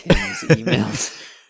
emails